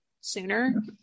sooner